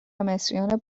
مصریان